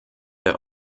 der